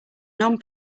non